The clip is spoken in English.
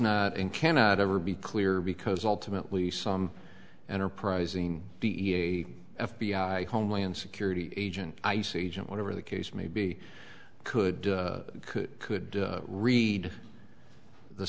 not and cannot ever be clear because ultimately some enterprising be a f b i homeland security agent ice agent whatever the case may be could could could read the